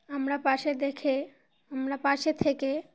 আমরা পাশে দেখে আমরা পাশে থেকে